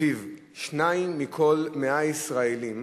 שלפיו שניים מכל 100 ישראלים